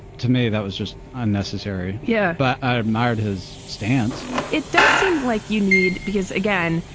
to me, that was just unnecessary. yeah, but i admired his stance it does seem like you need because again,